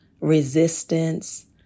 resistance